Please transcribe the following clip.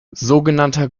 sogenannter